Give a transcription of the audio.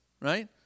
right